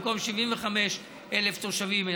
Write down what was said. במקום 75,000 תושבים,